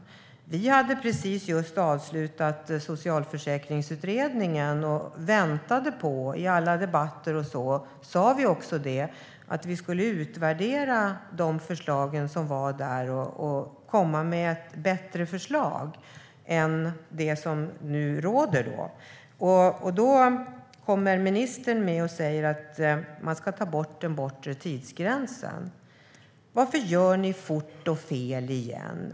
Vi hade precis avslutat Socialförsäkringsutredningen, och vi väntade. I alla debatter sa vi att vi skulle utvärdera dess förslag. Vi skulle komma med ett bättre förslag jämfört med det som rådde. Då kommer ministern och säger att man ska ta bort den bortre tidsgränsen. Varför gör ni fort och fel igen?